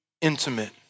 intimate